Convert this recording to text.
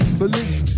believe